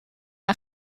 een